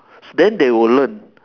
then they will learn